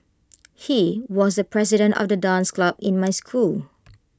he was the president of the dance club in my school